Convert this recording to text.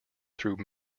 through